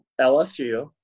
LSU